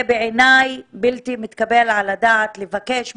בעיניי, בלתי מתקבל על הדעת לבקש מאנשים,